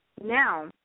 Now